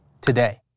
today